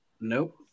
Nope